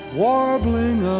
warbling